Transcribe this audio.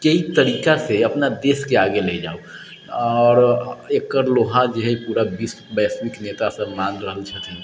कै तरिकासँ अपना देशके आगे ले जाऊ आओर एकर लोहा जे हइ पूरा विश्व वैश्विक नेता सभ मानि रहल छथिन